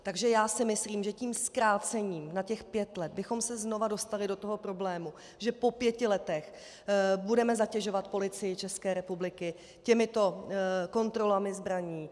Takže já si myslím, že tím zkrácením na pět let bychom se znova dostali do toho problému, že po pěti letech budeme zatěžovat Policii České republiky těmito kontrolami zbraní.